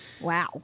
Wow